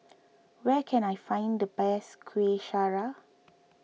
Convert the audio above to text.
where can I find the best Kuih Syara